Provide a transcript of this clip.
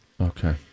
Okay